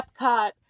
Epcot